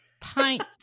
pint